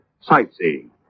sightseeing